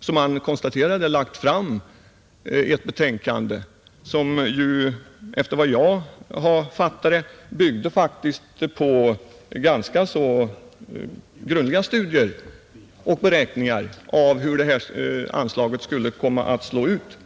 som herr Zachrisson konstaterade, lagt fram ett betänkande som — efter vad jag förstått — bygger på ganska grundliga studier och beräkningar av hur detta anslag skulle slå ut.